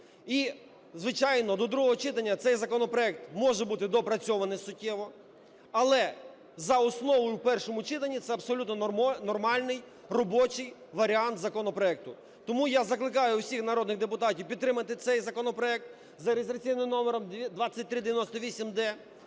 І, звичайно, до другого читання цей законопроект може бути доопрацьований суттєво, але за основу і в першому читанні – це абсолютно нормальний робочий варіант законопроекту. Тому я закликаю усіх народних депутатів підтримати цей законопроект за реєстраційним номером 2398-д.